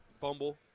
Fumble